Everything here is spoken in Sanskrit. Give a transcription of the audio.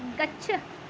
गच्छ